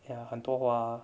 ya 很多花